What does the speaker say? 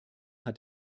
hat